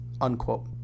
unquote